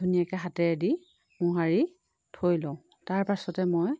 ধুনীয়াকৈ হাতেৰে দি মোহাৰি থৈ লওঁ তাৰ পাছতে মই